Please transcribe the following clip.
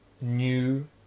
new